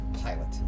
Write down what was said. Pilot